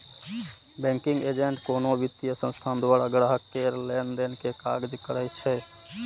banking agent कोनो वित्तीय संस्थान द्वारा ग्राहक केर लेनदेन के काज करै छै